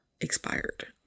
expired